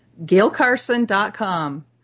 GailCarson.com